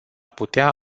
putea